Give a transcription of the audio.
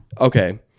Okay